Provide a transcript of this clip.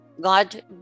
God